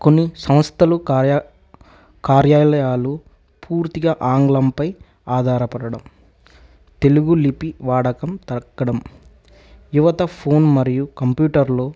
కొన్ని సంస్థలు కార్యాలయాలు పూర్తిగా ఆంగ్లంపై ఆధారపడడం తెలుగులిపి వాడకం తగ్గడం యువత ఫోన్ మరియు కంప్యూటర్లో